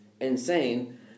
insane